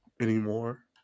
anymore